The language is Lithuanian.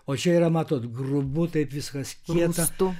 o čia yra matot grubu taip viskas kieta